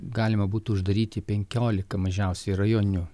galima būtų uždaryti penkiolika mažiausiai rajoninių